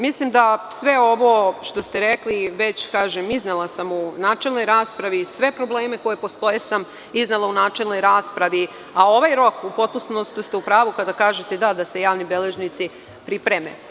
Mislim da sve ovo što ste rekli, a iznela sam u načelnoj raspravi i sve probleme koji postoje sam iznela u načelnoj raspravi, a ovaj rok, u potpunosti ste u pravu kada kažete da se javni beležnici pripreme.